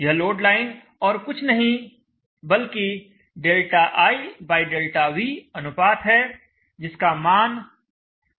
यह load line और कुछ नहीं बल्कि ∆I∆V अनुपात है जिसका मान 1R0 है